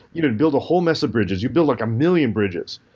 you know build a whole mess of bridges. you build like a million bridges.